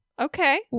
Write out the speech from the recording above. Okay